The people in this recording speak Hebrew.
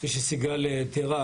כפי שסיגל תיארה,